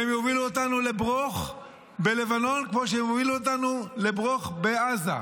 והן יובילו אותנו לברוך בלבנון כמו שהן הובילו אותנו לברוך בעזה.